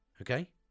Okay